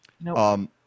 No